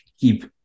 keep